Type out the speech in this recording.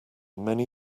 many